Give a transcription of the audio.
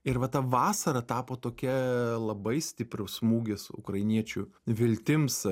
ir va tą vasara tapo tokia labai stiprus smūgis ukrainiečių viltims